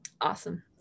Awesome